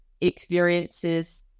experiences